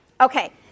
Okay